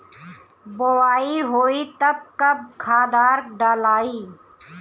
बोआई होई तब कब खादार डालाई?